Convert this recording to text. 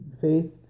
Faith